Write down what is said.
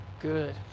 good